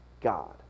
God